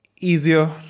easier